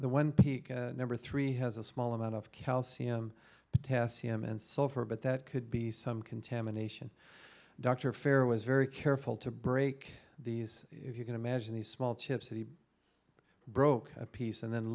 the one peak number three has a small amount of calcium potassium and so far but that could be some contamination dr fair was very careful to break these if you can imagine these small chips that he broke a piece and then